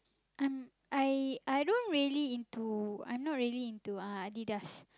um I I don't really into I'm not really into uh Adidas